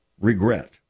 regret